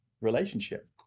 relationship